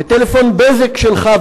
בטלפון "בזק" שלך,